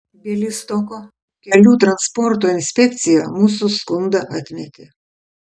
bialystoko kelių transporto inspekcija mūsų skundą atmetė